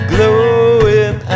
Glowing